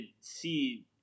see